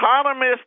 economists